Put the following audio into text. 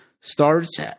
starts